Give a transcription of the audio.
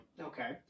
Okay